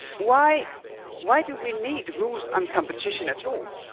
why why do we need rules on competition at all?